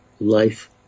life